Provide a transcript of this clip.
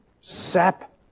sap